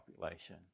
population